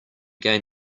gain